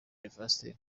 university